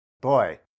Boy